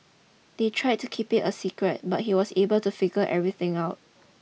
they try to keep it a secret but he was able to figure everything out